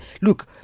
look